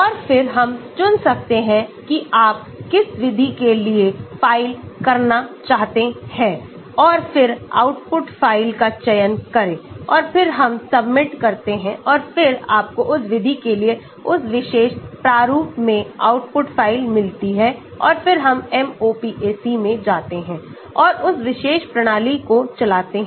और फिर हम चुन सकते हैं कि आप किस विधि के लिए फाइल करना चाहते हैं और फिर आउटपुट फाइल का चयन करें और फिर हम सबमिट करते हैं और फिर आपको उस विधि के लिए उस विशेष प्रारूप में आउटपुट फाइल मिलती है और फिर हम MOPAC में जाते हैं और उस विशेष प्रणाली को चलाते हैं